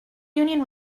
union